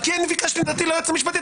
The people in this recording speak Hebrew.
כי נתתי ליועצת המשפטית,